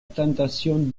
tentation